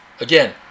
again